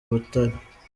butare